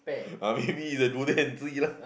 ah maybe the durian tree lah